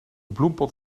bloempot